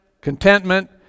contentment